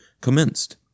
commenced